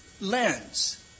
lens